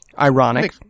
Ironic